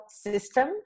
system